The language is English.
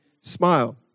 smile